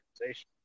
organization